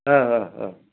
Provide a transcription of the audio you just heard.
ओ ओ ओ